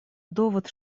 довод